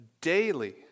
daily